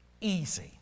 Easy